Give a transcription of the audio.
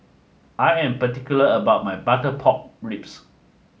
I am particular about my Butter Pork Ribs